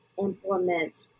implement